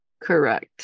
Correct